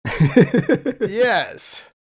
yes